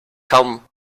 kaum